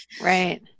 Right